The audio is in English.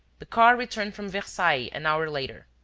the car returned from versailles an hour later.